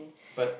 but